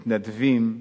מתנדבים,